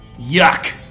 Yuck